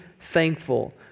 thankful